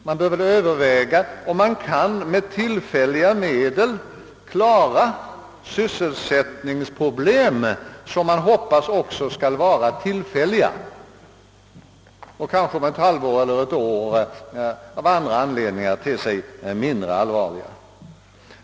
Det bör övervägas om det går att med tillfälliga medel klara sysselsättningsproblemen, som vi ju hoppas skall vara av tillfällig natur och kanske om ett halvår eller ett år av olika anledningar te sig mindre allvarliga.